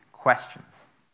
questions